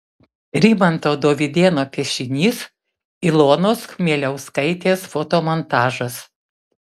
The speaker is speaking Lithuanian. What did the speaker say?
rimanto dovydėno piešinys ilonos chmieliauskaitės fotomontažas